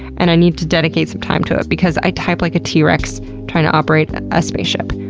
and i need to dedicate some time to it, because i type like a t rex trying to operate a space ship.